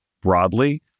broadly